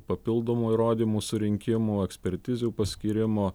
papildomų įrodymų surinkimų ekspertizių paskyrimų